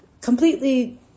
completely